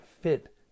fit